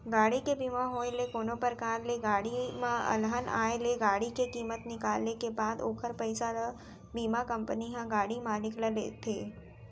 गाड़ी के बीमा होय ले कोनो परकार ले गाड़ी म अलहन आय ले गाड़ी के कीमत निकाले के बाद ओखर पइसा ल बीमा कंपनी ह गाड़ी मालिक ल देथे